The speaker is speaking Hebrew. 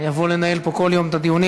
אני אבוא לנהל פה כל יום את הדיונים.